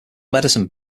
medicine